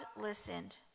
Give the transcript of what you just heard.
listened